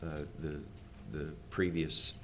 the the previous